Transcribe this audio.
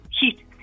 heat